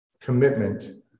commitment